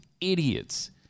idiots